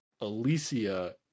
Alicia